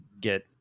get